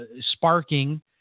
sparking